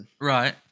Right